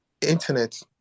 internet